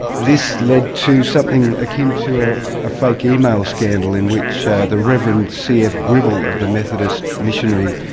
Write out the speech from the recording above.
this led to something akin to a ah fake email scandal in which the reverend cf gribble of the methodist missionary,